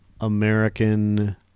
American